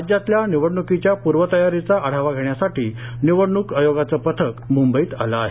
राज्यातल्या निवडणुकीच्या पूर्वतयारीचा आढावा घेण्यासाठी निवडणूक आयोगाचं पथक मुंबईत आलं आहे